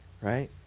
Right